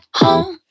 home